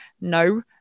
no